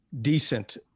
decent